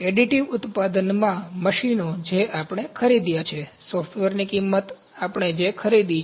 additive ઉત્પાદન મશીનો જે આપણે ખરીદ્યા છે સોફ્ટવેરની કિંમત આપણે જે ખરીદી છે